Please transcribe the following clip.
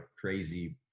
crazy